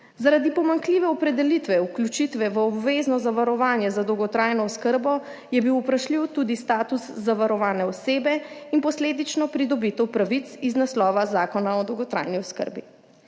Zaradi pomanjkljive opredelitve vključitve v obvezno zavarovanje za dolgotrajno oskrbo je bil vprašljiv tudi status zavarovane osebe in posledično pridobitev pravic iz naslova Zakona o dolgotrajni oskrbi.